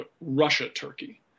Russia-Turkey